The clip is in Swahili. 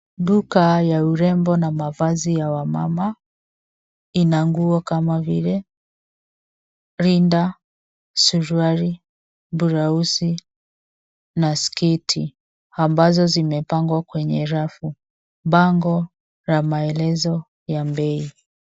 Duka ya urembo na mavazi ya wamama, ina nguo kama vile rinda, suruali, bulausi, na sketi, ambazo zimepangwa kwenye rafu. Bango la maelezo ya bei.